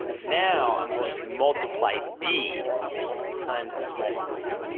now i'm going to multiply d times this multiplier,